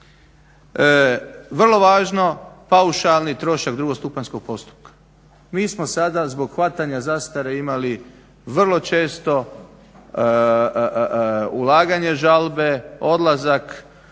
Vrlo važno, paušalni trošak drugostupanjskog postupka. Mi smo sada zbog hvatanja zastare imali vrlo često ulaganje žalbe, odlazak